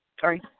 Sorry